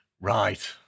Right